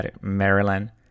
Maryland